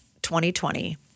2020